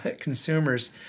consumers